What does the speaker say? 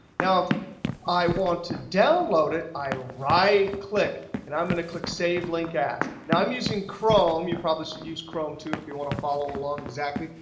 now if i want to download, it i right click, and i'm going to click save link as. now i'm using chrome. you probably should use chrome, too, if you want to follow along exactly.